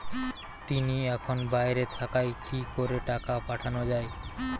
তিনি এখন বাইরে থাকায় কি করে টাকা পাঠানো য়ায়?